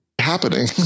happening